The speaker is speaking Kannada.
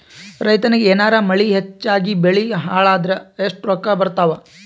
ರೈತನಿಗ ಏನಾರ ಮಳಿ ಹೆಚ್ಚಾಗಿಬೆಳಿ ಹಾಳಾದರ ಎಷ್ಟುರೊಕ್ಕಾ ಬರತ್ತಾವ?